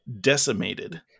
decimated